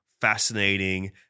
fascinating